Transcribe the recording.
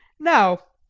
now,